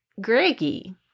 Greggy